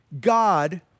God